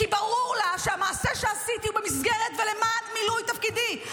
כי ברור לה שהמעשה שעשיתי הוא במסגרת ולמען מילוי תפקידי.